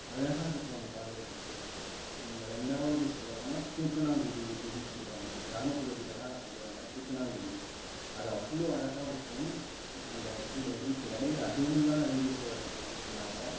அழகாக இருக்கும் அதை பார்க்கறத்துக்கு ரெண்டாவது சொல்லப்போனா தூக்கணாங்குருவிக்கூடுன்னு சொல்வாங்க இது கிராமப்பகுதியில் தான் சொல்லுவாங்க தூக்கணாங்குருவி அது அவ்வளோ அழகாக இருக்கும் அந்த கூடு வந்து இப்போ இடையில அதுவும் தான் அழிஞ்சிக்கிட்டு வருதுன்னு சொன்னாங்க